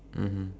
mmhmm